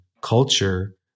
culture